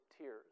tears